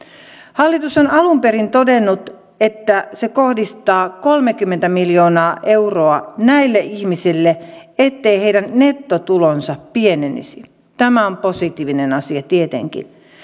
hallitus on alun perin todennut että se kohdistaa kolmekymmentä miljoonaa euroa näille ihmisille etteivät heidän nettotulonsa pienenisi tämä on positiivinen asia tietenkin